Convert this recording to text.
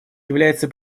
является